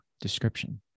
description